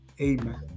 Amen